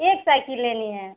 एक साइकिल लेनी है